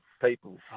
people